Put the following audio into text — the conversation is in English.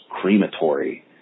crematory